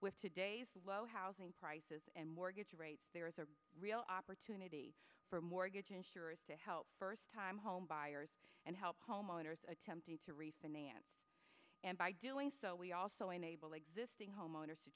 with today's low housing prices and mortgage rates there is a real opportunity for mortgage insurance to help first time home buyers and help homeowners attempting to refinance and by doing so we also enable existing homeowners to